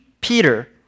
Peter